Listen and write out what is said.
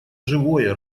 живое